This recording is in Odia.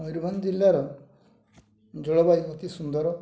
ମୟୂରଭଞ୍ଜ ଜିଲ୍ଲାର ଜଳବାୟୁ ଅତି ସୁନ୍ଦର